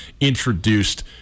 introduced